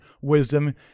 wisdom